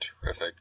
Terrific